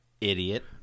idiot